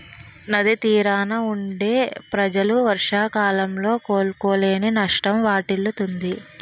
నది తీరాన వుండే ప్రజలు వర్షాకాలంలో కోలుకోలేని నష్టం వాటిల్లుతుంది